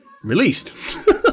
released